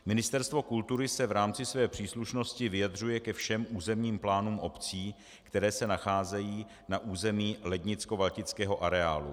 Ministerstvo kultury se v rámci své příslušnosti vyjadřuje ke všem územním plánům obcí, které se nacházejí na území Lednickovaltického areálu.